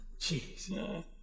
jeez